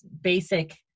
basic